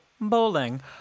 bowling